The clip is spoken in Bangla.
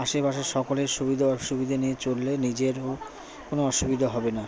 আশেপাশে সকলের সুবিধা অসুবিধে নিয়ে চললে নিজেরও কোনো অসুবিধা হবে না